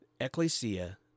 Ecclesia